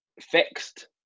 fixed